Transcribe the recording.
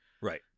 Right